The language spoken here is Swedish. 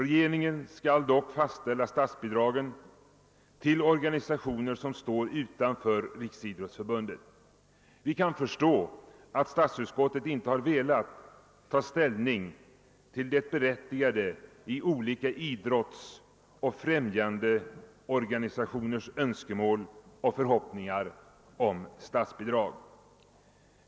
Regeringen skall dock fastställa statsbidragen till organisationer som står utanför Riksidrottsförbundet. Vi kan förstå att statsutskottet inte har velat ta ställning till det berättigade i olika idrottsoch främjandeorganisationers önskemål och förhoppningar.